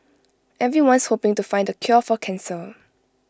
everyone's hoping to find the cure for cancer